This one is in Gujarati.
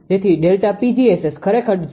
તેથી Δ𝑃𝑔𝑆𝑆 ખરેખર 0